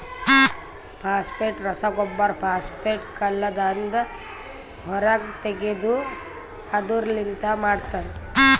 phosphate ರಸಗೊಬ್ಬರ phosphate ಕಲ್ಲದಾಂದ ಹೊರಗ್ ತೆಗೆದು ಅದುರ್ ಲಿಂತ ಮಾಡ್ತರ